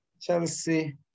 Chelsea